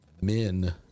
men